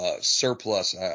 surplus